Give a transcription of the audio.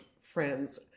friends